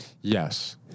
yes